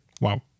Wow